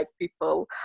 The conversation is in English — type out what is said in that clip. people